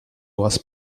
was